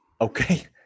Okay